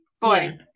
Boy